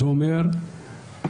זה אומר שיש